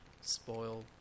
spoil